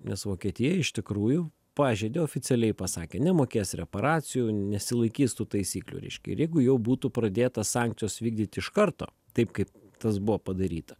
nes vokietija iš tikrųjų pažeidė oficialiai pasakė nemokės reparacijų nesilaikys tų taisyklių reiškia ir jeigu jau būtų pradėta sankcijos vykdyt iš karto taip kaip tas buvo padaryta